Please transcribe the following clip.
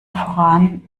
voran